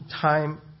time